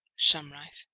shamraeff,